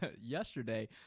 Yesterday